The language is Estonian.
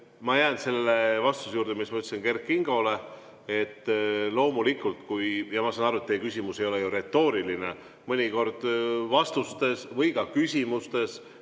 Ma jään selle vastuse juurde, mis ma ütlesin Kert Kingole. Ja loomulikult – ma saan aru, et teie küsimus ei ole retooriline – mõnikord me vastustes või ka küsimustes